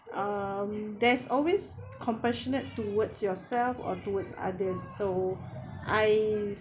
um there's always compassionate towards yourself or towards others so I